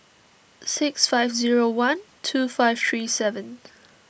six five zero one two five three seven